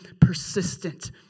persistent